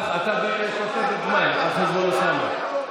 אתה בתוספת זמן על חשבון אוסאמה.